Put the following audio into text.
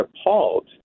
appalled